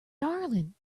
darling